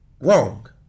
wrong